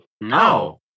no